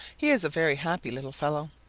he is a very happy little fellow.